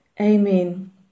Amen